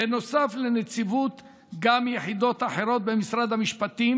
בנוסף לנציבות גם יחידות אחרות במשרד המשפטים